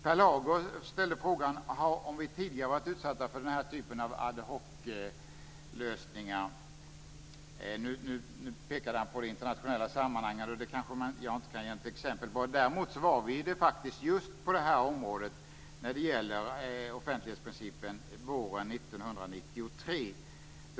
Per Lager ställde frågan om vi tidigare har varit utsatta för den här typen av ad hoc-lösningar. Nu pekade han på det internationella sammanhanget, och där kan jag kanske inte ge något exempel. Däremot hade vi en sådan lösning just på detta område, som gäller offentlighetsprincipen, våren 1993.